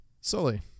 Sully